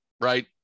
right